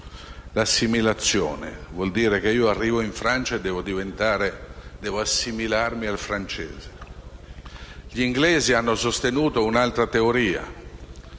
l'*assimilation*, che vuol dire che se io arrivo in Francia devo assimilarmi ai francesi. Gli inglesi hanno sostenuto un'altra teoria,